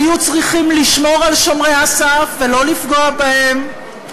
היו צריכים לשמור על שומרי הסף ולא לפגוע בהם.